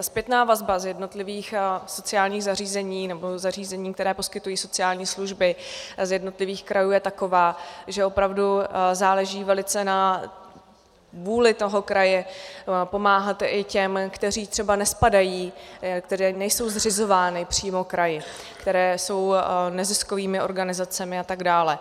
Zpětná vazba z jednotlivých sociálních zařízení nebo zařízení, která poskytují sociální služby, z jednotlivých krajů je taková, že opravdu záleží velice na vůli toho kraje pomáhat i těm, kteří třeba nespadají, které nejsou zřizovány přímo kraji, které jsou neziskovými organizacemi atd.